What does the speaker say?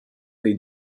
dei